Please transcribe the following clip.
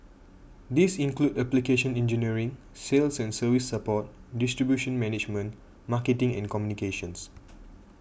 these include application engineering sales and service support distribution management marketing and communications